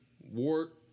Wart